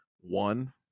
one